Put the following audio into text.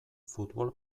futbol